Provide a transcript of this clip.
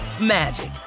magic